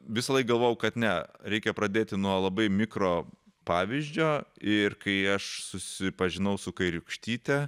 visąlaik galvojau kad ne reikia pradėti nuo labai mikro pavyzdžio ir kai aš susipažinau su kairiūkštyte